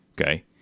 Okay